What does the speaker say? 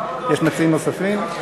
יש מציעים נוספים?